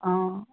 অঁ